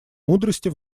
мудрости